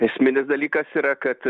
esminis dalykas yra kad